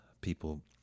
people